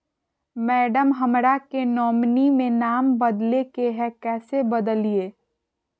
madam, हमरा के nominee में नाम बदले के हैं, कैसे बदलिए